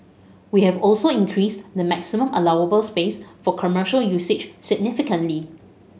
we have also increased the maximum allowable space for commercial usage significantly